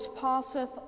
passeth